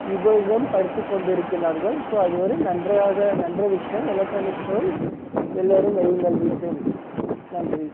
உபயோகம்படுத்திக்கொண்டிருக்கிறார்கள் so அதுவரை நன்றாக நன்ற விஷயம் எலக்ட்ரானிக் பொருள் எல்லோரும் வையுங்கள் வீட்டில் நன்றி